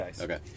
Okay